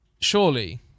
surely